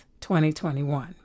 2021